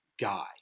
guy